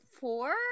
four